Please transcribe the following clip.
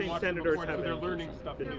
say? and and um their learning stuff